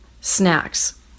snacks